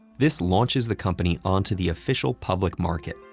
this launches the company onto the official public market,